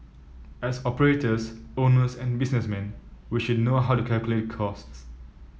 as operators owners and businessmen we should know how to calculate costs